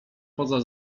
poza